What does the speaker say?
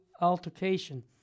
altercation